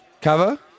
Cover